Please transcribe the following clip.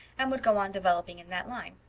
and would go on developing in that line.